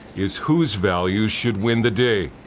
is who's values should win the day.